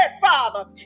Father